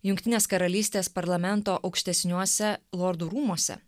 jungtinės karalystės parlamento aukštesniuose lordų rūmuose